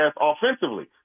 offensively